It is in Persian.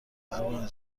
پروانه